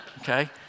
okay